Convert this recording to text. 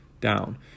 down